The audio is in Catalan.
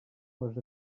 les